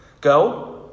Go